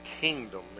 kingdom